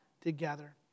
together